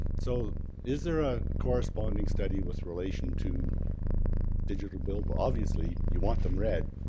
so is there a corresponding study with relation to digital bill obviously you want them read,